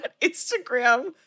Instagram